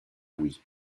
louis